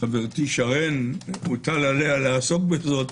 חברתי שרן, מוטל עליה לעסוק בזאת